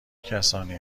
کسانی